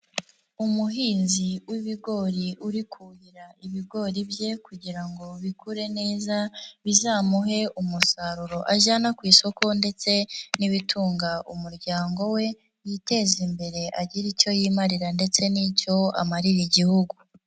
Umuhinzi w'ibigori uri kuhira ibigori bye kugira ngo bikure neza bizamuhe umusaruro ajyana ku isoko ndetse n'ibitunga umuryango we, yiteze imbere agire icyo yimarira ndetse n'icyo amarira Igihugu.